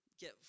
get